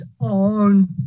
on